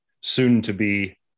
soon-to-be